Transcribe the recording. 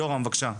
יורם, בבקשה.